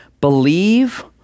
believe